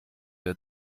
der